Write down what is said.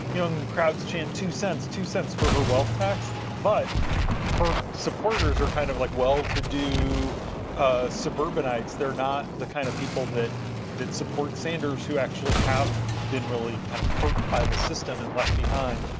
young crowds chant two cents, two cents for her wealth tax but her supporters are kind of like well-to-do suburbanites, they are not the kind of people that that support sanders who actually have been really kind of hurt by the system and left behind.